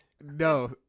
no